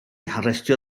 harestio